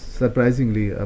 surprisingly